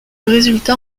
résultat